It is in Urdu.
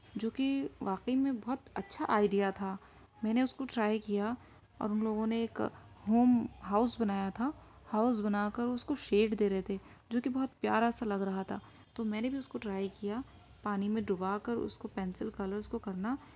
جو کہ واقعی میں بہت اچھا آئیڈیا تھا میں نے اس کو ٹرائی کیا اور ہم لوگوں نے ایک ہوم ہاؤس بنایا تھا ہاؤس بنا کر اس کو شیڈ دے رہے تھے جوکہ بہت پیارا سا لگ رہا تھا تو میں نے بھی اس کو ٹرائی کیا پانی میں ڈبا کر اس کو پینسل کلرز کو کرنا